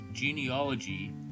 Genealogy